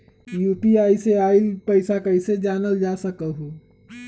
UPI से आईल पैसा कईसे जानल जा सकहु?